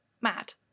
mad